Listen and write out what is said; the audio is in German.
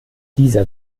dieser